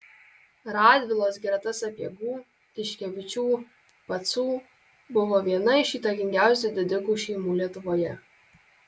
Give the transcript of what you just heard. radvilos greta sapiegų tiškevičių pacų buvo viena iš įtakingiausių didikų šeimų lietuvoje